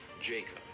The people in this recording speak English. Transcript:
Jacob